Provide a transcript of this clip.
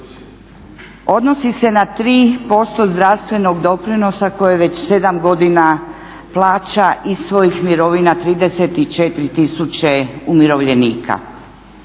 odnosi se na 3% zdravstvenog doprinosa koje već 7 godina plaća iz svojih mirovina 34 tisuće umirovljenika.